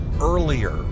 earlier